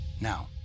Now